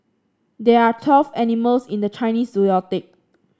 there are twelve animals in the Chinese